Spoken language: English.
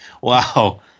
Wow